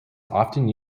often